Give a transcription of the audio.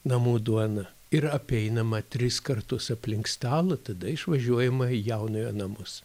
namų duona ir apeinama tris kartus aplink stalą tada išvažiuojama į jaunojo namus